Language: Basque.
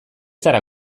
zara